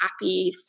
happy